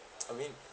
I mean